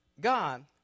God